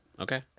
Okay